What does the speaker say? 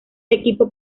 equipo